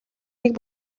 нэг